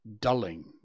dulling